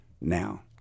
now